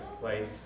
place